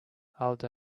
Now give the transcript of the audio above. aldo